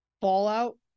fallout